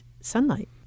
sunlight